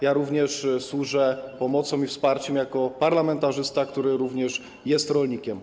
Ja także służę pomocą i wsparciem jako parlamentarzysta, który również jest rolnikiem.